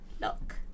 look